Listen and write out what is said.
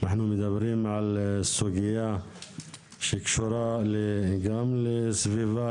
אנחנו מדברים על סוגיה שקשורה גם לסביבה,